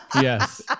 yes